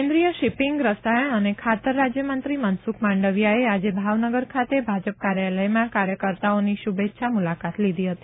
કેન્દ્રિય શિપિંગ રસાયણ અને ખાતર રાજયમંત્રી મનસુખ માંડવીયાએ આજે ભાવનગર ખાતે ભાજપ કાર્યાલયમાં કાર્યકર્તાઓની સાથે શુભેચ્છા મુલાકાત લીધી હતી